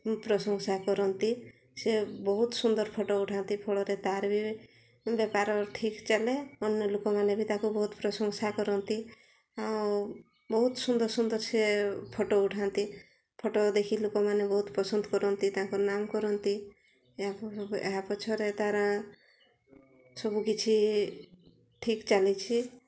ପ୍ରଶଂସା କରନ୍ତି ସେ ବହୁତ ସୁନ୍ଦର ଫଟୋ ଉଠାନ୍ତି ଫଳରେ ତା'ର ବି ବେପାର ଠିକ୍ ଚାଲେ ଅନ୍ୟ ଲୋକମାନେ ବି ତାକୁ ବହୁତ ପ୍ରଶଂସା କରନ୍ତି ଆଉ ବହୁତ ସୁନ୍ଦର ସୁନ୍ଦର ସେ ଫଟୋ ଉଠାନ୍ତି ଫଟୋ ଦେଖି ଲୋକମାନେ ବହୁତ ପସନ୍ଦ କରନ୍ତି ତାଙ୍କର ନାମ କରନ୍ତି ଏହା ପଛରେ ତା'ର ସବୁ କିଛି ଠିକ୍ ଚାଲିଛି